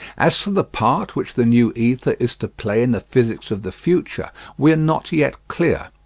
as to the part which the new ether is to play in the physics of the future we are not yet clear.